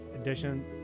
edition